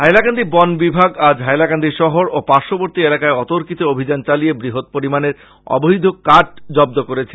হাইলাকান্দি বন বিভাগ আজ হাইলাকান্দি শহর ও পাশ্ববর্তী এলাকায় অতর্কিতে অভিযান চালিয়ে বৃহৎ পরিমানের অবৈধ কাঠ জব্দ করেছে